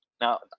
Now